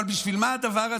אבל בשביל מה הדבר הזה?